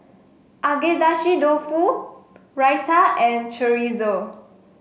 Agedashi Dofu Raita and Chorizo